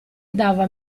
dava